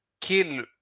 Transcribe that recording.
kill